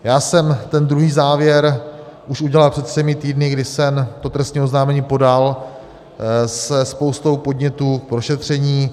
Já jsem ten druhý závěr už udělal před třemi týdny, kdy jsem to trestní oznámení podal se spoustou podnětů k prošetření.